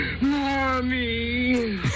mommy